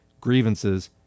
grievances